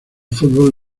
fútbol